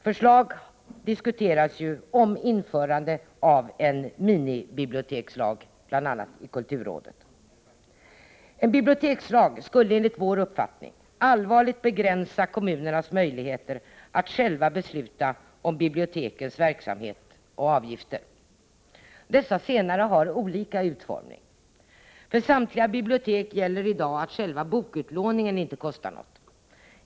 Förslag diskuteras ju, bl.a. i kulturrådet, om införande av en minibibliotekslag. En bibliotekslag skulle, enligt vår mening, allvarligt begränsa kommunernas möjligheter att själva besluta om bibliote kens verksamhet och avgifter. Dessa senare har olika utformning. För samtliga bibliotek gäller i dag att själva bokutlåningen inte kostar något.